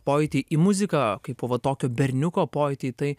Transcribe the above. pojūtį į muziką kaipo va tokio berniuko pojūtį į tai